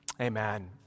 Amen